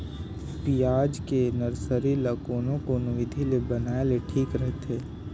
पियाज के नर्सरी ला कोन कोन विधि ले बनाय ले ठीक रथे?